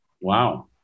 Wow